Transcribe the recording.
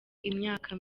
imyaka